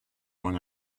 one